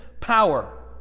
power